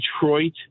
Detroit